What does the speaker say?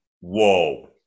Whoa